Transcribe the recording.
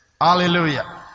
Hallelujah